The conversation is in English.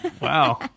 Wow